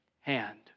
hand